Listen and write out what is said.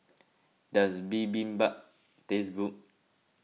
does Bibimbap taste good